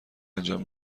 انجام